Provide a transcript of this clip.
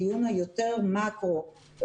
הדיון יותר מקרו,